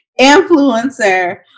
influencer